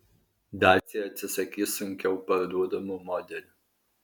dacia atsisakys sunkiau parduodamų modelių